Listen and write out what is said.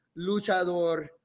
luchador